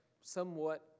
somewhat